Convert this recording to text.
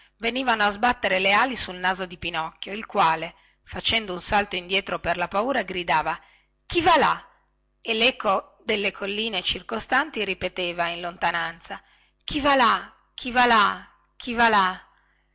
venivano a sbattere le ali sul naso di pinocchio il quale facendo un salto indietro per la paura gridava chi va là e leco delle colline circostanti ripeteva in lontananza chi va là chi va là chi va là